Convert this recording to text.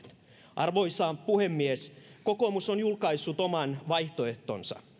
arvoisa puhemies kokoomus on julkaissut oman vaihtoehtonsa